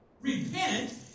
repent